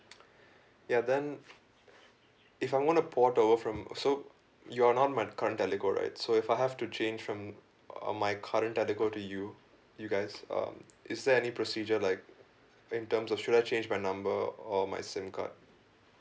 ya then if I want to port over from so you are not my current telco right so if I have to change from uh my current telco to you you guys um is there any procedure like in terms or should I change my number or my SIM card